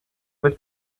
with